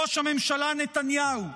ראש הממשלה נתניהו,